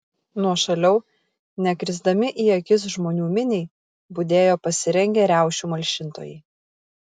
nuošaliau nekrisdami į akis žmonių miniai budėjo pasirengę riaušių malšintojai